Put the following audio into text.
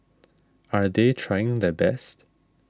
are they trying their best